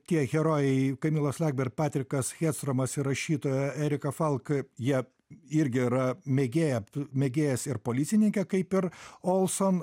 tie herojai kamilos lakberg patrikas hestromas ir rašytoja erika falk jie irgi yra mėgėja mėgėjas ir policininkė kaip ir olson